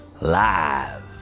Live